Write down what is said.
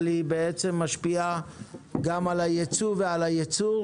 אבל היא משפיעה גם על הייצוא ועל הייצור